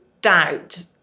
doubt